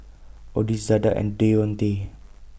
Odis Zada and Deontae